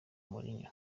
mourinho